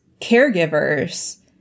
caregivers